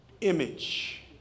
image